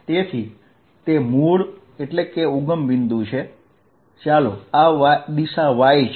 આ મૂળ એટલે કે ઉગમ બિન્દુ છે આ દિશા y છે